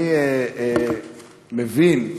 אני מבין,